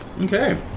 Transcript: Okay